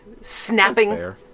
snapping